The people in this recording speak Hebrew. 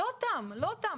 לא תם, לא תם.